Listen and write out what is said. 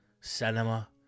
cinema